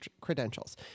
credentials